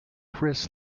chris